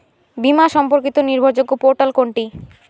বীমা সম্পর্কিত নির্ভরযোগ্য পোর্টাল কোনটি?